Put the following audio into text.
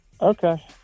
Okay